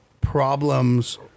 problems